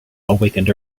awakened